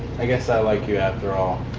i guess i like you after all.